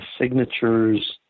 signatures